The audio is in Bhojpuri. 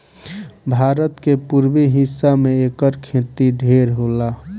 भारत के पुरबी हिस्सा में एकर खेती ढेर होला